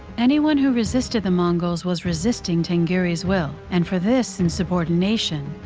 anyone who resisted the mongols was resisting tenggeri's will, and for this insubordination,